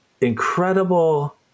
incredible –